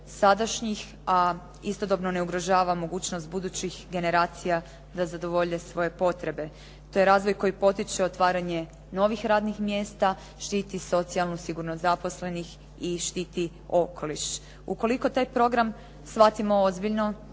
sadašnjih a istodobno ne ugrožava mogućnost budućih generacija da zadovolje svoje potrebe. To je razvoj koji potiče otvaranje novih radnih mjesta, štiti socijalnu sigurnost zaposlenih i štiti okoliš. Ukoliko taj program shvatimo ozbiljno